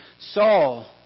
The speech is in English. Saul